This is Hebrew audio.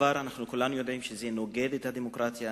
כולנו יודעים שכל זה נוגד את הדמוקרטיה,